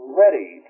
ready